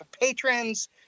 patrons